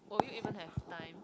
will you even have time